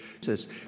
says